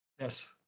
Yes